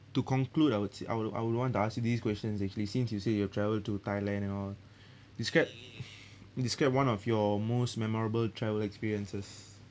to conclude I would sa~ I would I would want to ask you these questions actually since you say you'd travel to Thailand and all describe describe one of your most memorable travel experiences